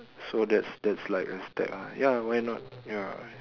so that's that's like a step ah ya why not ya